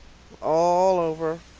all over.